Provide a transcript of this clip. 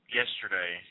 yesterday